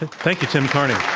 and thank you, tim carney.